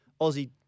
Aussie